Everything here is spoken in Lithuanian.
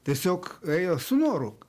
tiesiog ėjo su noru